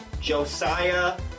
Josiah